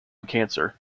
cancer